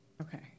Okay